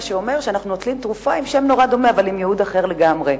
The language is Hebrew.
מה שאומר שאנחנו נוטלים תרופה עם שם נורא דומה אבל עם ייעוד אחר לגמרי,